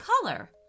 color